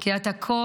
כי את הכול,